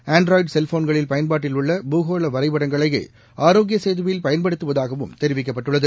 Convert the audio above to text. Android செல்போன்களில் பயன்பாட்டில் உள்ள பூகோள வரைபடங்களையே ஆரோக்ய சேதுவில் பயன்படுத்தப்படுவதாகவும் தெரிவிக்கப்பட்டுள்ளது